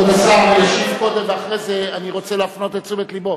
כבוד השר ישיב קודם ואחרי זה אני רוצה להפנות את תשומת לבו.